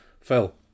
Phil